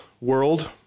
world